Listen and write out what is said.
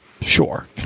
sure